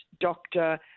doctor